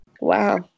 wow